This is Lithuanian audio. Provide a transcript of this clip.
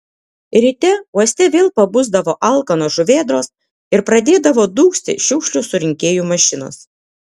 ryte uoste vėl pabusdavo alkanos žuvėdros ir pradėdavo dūgzti šiukšlių surinkėjų mašinos